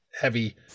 heavy